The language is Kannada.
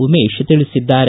ಉಮೇಶ ತಿಳಿಸಿದ್ದಾರೆ